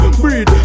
breed